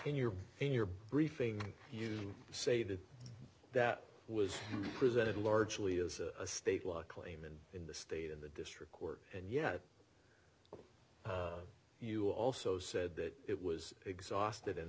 in your in your briefing you say to that was presented largely as a state law claim and in the state in the district court and yet you also said that it was exhausted and